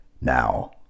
Now